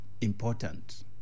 important